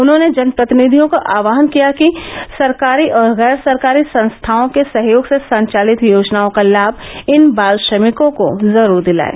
उन्होंने जनप्रतिनिधियों का आहवान किया है कि सरकारी और गैर सरकारी संस्थाओं के सहयोग से संचालित योजनाओं का लाम इन बाल श्रमिकों को जरूर दिलायें